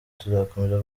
tuzakomeza